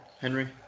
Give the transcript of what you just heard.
Henry